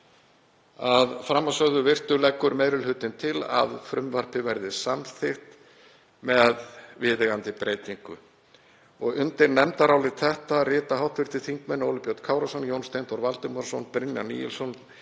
Að framansögðu virtu leggur meiri hlutinn til að frumvarpið verði samþykkt með viðeigandi breytingu. Undir nefndarálitið rita hv. þingmenn Óli Björn Kárason, Jón Steindór Valdimarsson, Brynjar Níelsson,